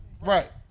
Right